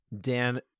Dan